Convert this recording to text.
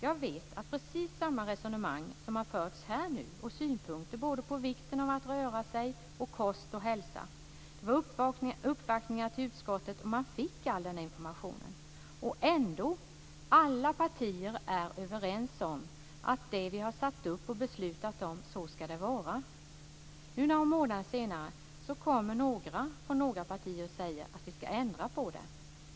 Jag vet att precis samma resonemang som har förts här och samma synpunkter på vikten av att röra sig, kost och hälsa har hörts vid uppvaktningar till utskottet då man fick all denna information. Ändå är alla partier överens: Det vi har satt upp och beslutat om, så ska det vara. Nu, några månader senare, kommer några från några partier och säger att vi ska ändra på detta.